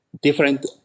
different